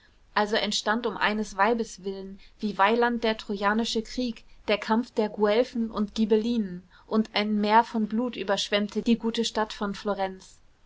also entstand um eines weibes willen wie weiland der trojanische krieg der kampf der guelfen und ghibellinen und ein meer von blut überschwemmte die gute stadt von florenz